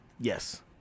Yes